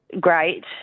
great